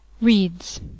Reads